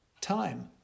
time